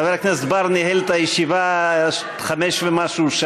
חבר הכנסת בר ניהל את הישיבה חמש שעות ומשהו,